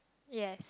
yes